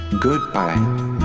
Goodbye